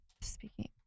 Speaking